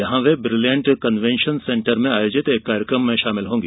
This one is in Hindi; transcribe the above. यहां वे ब्रिलियंट कंवेंशन सेंटर में आयोजित एक कार्यक्रम में शामिल होंगी